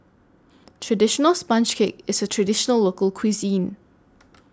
Traditional Sponge Cake IS A Traditional Local Cuisine